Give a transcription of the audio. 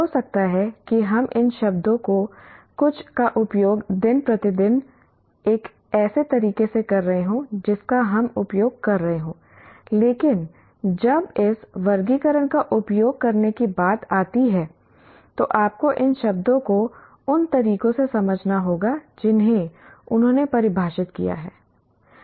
हो सकता है कि हम इन शब्दों में से कुछ का उपयोग दिन प्रतिदिन एक ऐसे तरीके से कर रहे हों जिसका हम उपयोग कर रहे हों लेकिन जब इस वर्गीकरण का उपयोग करने की बात आती है तो आपको इन शब्दों को उन तरीकों से समझना होगा जिन्हें उन्होंने परिभाषित किया है